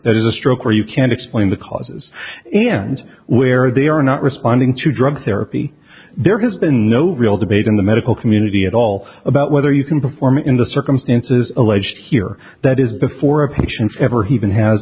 it is a stroke where you can't explain the cause and where they are not responding to drug therapy there has been no real debate in the medical community at all about whether you can perform in the circumstances alleged here that is before a patient ever he even has